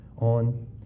on